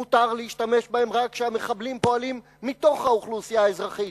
מותר להשתמש בה רק כשהמחבלים פועלים מתוך האוכלוסייה האזרחית,